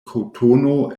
kotono